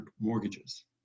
mortgages